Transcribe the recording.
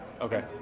Okay